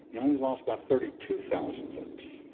he only lost by thirty two thousand votes.